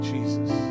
Jesus